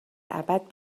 ابد